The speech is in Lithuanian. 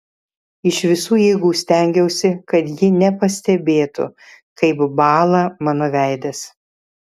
iš visų jėgų stengiausi kad ji nepastebėtų kaip bąla mano veidas